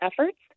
efforts